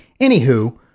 Anywho